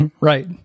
Right